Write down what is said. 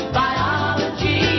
biology